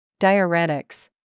Diuretics